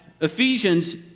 Ephesians